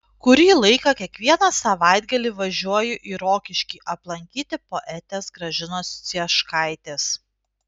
kurį laiką kiekvieną savaitgalį važiuoju į rokiškį aplankyti poetės gražinos cieškaitės